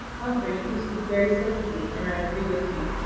humphrey, you speak very sensibly, and i agree with you.